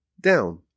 down